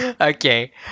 Okay